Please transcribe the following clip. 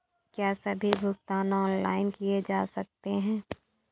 क्या सभी भुगतान ऑनलाइन किए जा सकते हैं?